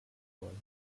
soll